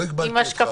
לא הגבלתי אותך.